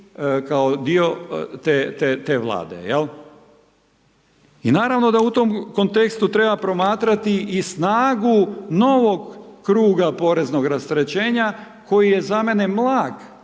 kao dio te Vlade, jel'. I naravno da u tom kontekstu treba promatrati i snagu novog kruga poreznog rasterećenja koje je za mene, mlak,